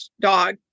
dog